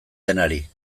denari